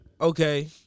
Okay